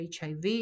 HIV